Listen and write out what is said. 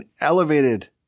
elevated